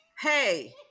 Hey